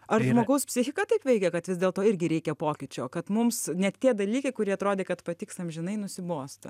ar žmogaus psichika taip veikia kad vis dėlto irgi reikia pokyčio kad mums net tie dalykai kurie atrodė kad patiks amžinai nusibosta